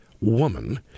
woman